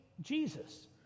Jesus